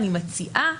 אני מציעה